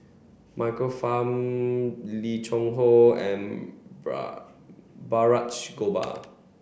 Michael Fam Lim Cheng Hoe and Balraj Gopal